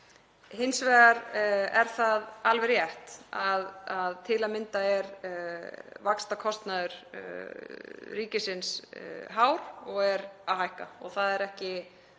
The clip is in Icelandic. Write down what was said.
Hins vegar er það alveg rétt að til að mynda er vaxtakostnaður ríkisins hár og er að hækka og það eru ekki